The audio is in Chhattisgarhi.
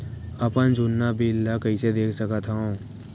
अपन जुन्ना बिल ला कइसे देख सकत हाव?